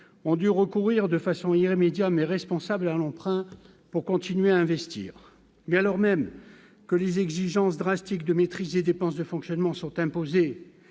ont dû recourir de façon irrémédiable et responsable à l'emprunt pour continuer à investir, mais alors même que les exigences drastiques de maîtrise des dépenses de fonctionnement sont imposées